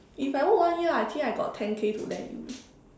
if I work one year I think I got ten K to lend you